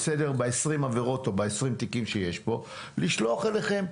לגבי 20 עבירות שיש פה לשלוח אליכם,